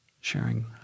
sharing